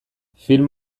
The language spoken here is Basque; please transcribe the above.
film